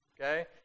Okay